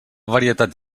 varietat